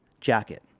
jacket